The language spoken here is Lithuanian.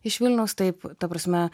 iš vilniaus taip ta prasme